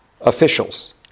officials